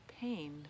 pain